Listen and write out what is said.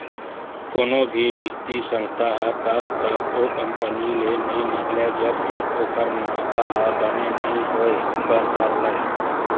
कोनो भी बित्तीय संस्था ह तब तक ओ कंपनी ले नइ निकलय जब तक ओखर मुनाफा ह बने नइ होय बर धर लय